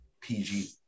PG